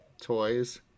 toys